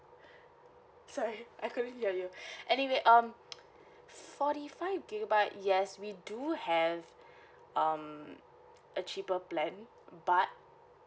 sorry I couldn't hear you anyway um forty five gigabyte yes we do have um a cheaper plan but